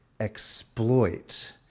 exploit